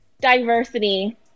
diversity